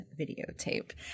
videotape